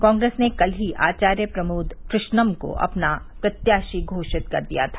काग्रेस ने कल ही आचार्य प्रमोद कृष्णम को अपना प्रत्याशी घोषित कर दिया था